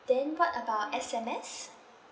then what about S_M_S